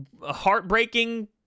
heartbreaking